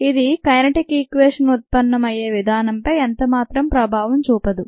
ఇది కైనెటిక్ఈక్వేషన్ ఉత్పన్నమయ్యే విధానంపై ఎంతమాత్రం ప్రభావం చూపదు